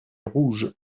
rouge